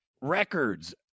records